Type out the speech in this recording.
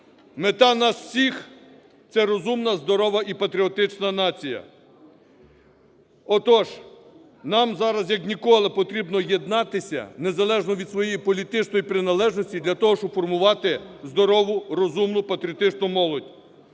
Мета у нас всіх – це розумна, здорова і патріотична нація. Отож, нам зараз як ніколи потрібно єднатися, незалежно від своєї політичної приналежності, для того, щоб формувати здорову, розумну, патріотичну молодь.